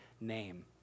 name